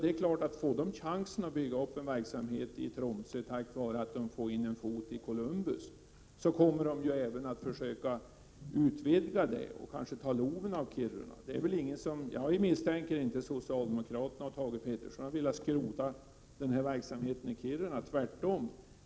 Det är klart att får de chansen att bygga upp en verksamhet i Tromsö tack vare att de får in en fot i Columbusprojektet, kommer de även att försöka utvidga den verksamheten och kanske ta loven av Kiruna. Jag misstänker inte socialdemokraterna och Thage Peterson för att vilja skrota verksamheten i Kiruna, tvärtom.